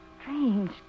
Strange